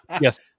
Yes